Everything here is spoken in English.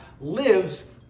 lives